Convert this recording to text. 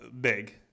big